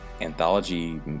anthology